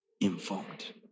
informed